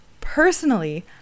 Personally